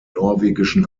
norwegischen